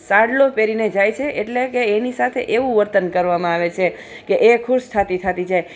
સાડલો પહેરીને જાય છે એટલે કે એની સાથે એવું વર્તન કરવામાં આવે છે કે એ ખુશ થતી થતી જાય